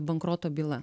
bankroto byla